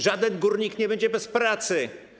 Żaden górnik nie będzie bez pracy.